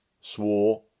swore